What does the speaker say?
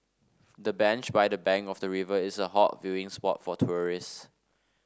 the bench by the bank of the river is a hot viewing spot for tourists